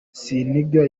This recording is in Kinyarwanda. seninga